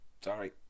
sorry